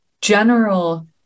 general